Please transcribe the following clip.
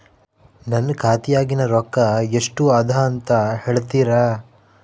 ನನ್ನ ಖಾತೆಯಾಗಿನ ರೊಕ್ಕ ಎಷ್ಟು ಅದಾ ಅಂತಾ ಹೇಳುತ್ತೇರಾ?